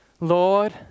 Lord